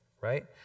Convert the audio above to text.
right